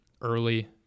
early